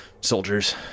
soldiers